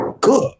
good